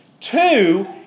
Two